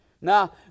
Now